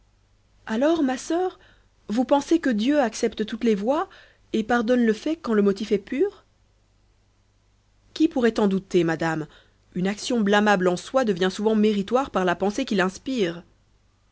alors ma soeur vous pensez que dieu accepte toutes les voies et pardonne le fait quand le motif est pur qui pourrait en douter madame une action blâmable en soi devient souvent méritoire par la pensée qui l'inspire